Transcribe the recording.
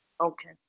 Okay